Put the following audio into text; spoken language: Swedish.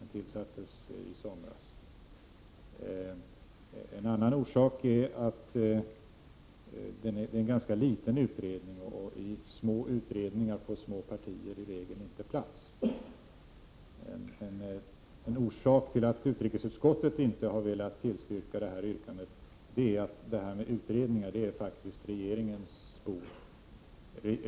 Den tillsattes i somras. En annan orsak är att det rör sig om en ganska liten utredning. I små utredningar får små partier i regel inte plats. En orsak till att utrikesutskottet inte har velat tillstyrka yrkandet är att frågor som rör utredningar faktiskt är regeringens bord.